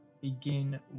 begin